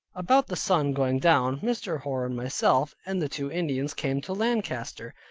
about the sun going down, mr. hoar, and myself, and the two indians came to lancaster,